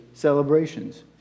celebrations